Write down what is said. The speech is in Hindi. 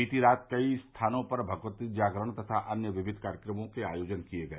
बीती रात कई स्थानों पर भगवती जागरण तथा अन्य विकिध कार्यक्रमों के आयोजन किए गए